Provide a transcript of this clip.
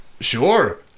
Sure